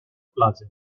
plaza